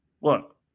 Look